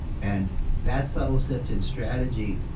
and that subtle shift in strategy,